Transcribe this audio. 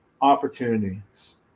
opportunities